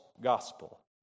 gospel